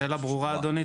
השאלה ברורה, אדוני.